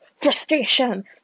frustration